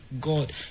God